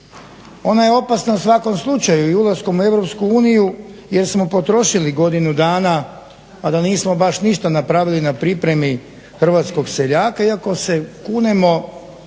Ona je opasna u svakom slučaju i ulaskom u EU jer smo potrošili godinu dana a da nismo baš ništa napravili na pripremi hrvatskog seljaka iako se kunemo